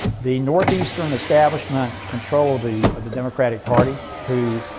the northeastern establishment control the the democratic party who